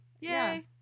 Yay